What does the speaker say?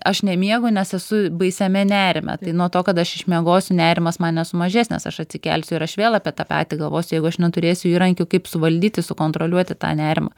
aš nemiegu nes esu baisiame nerime tai nuo to kad aš išmiegosiu nerimas man nesu mažesnės aš atsikelsiu ir aš vėl apie tą patį galvosiu jeigu aš neturėsiu įrankių kaip suvaldyti sukontroliuoti tą nerimą